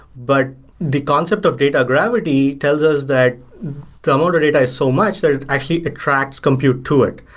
but the concept of data gravity tells us that the motor data is so much that it actually attracts compute to it,